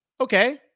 Okay